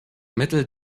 mittel